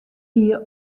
hie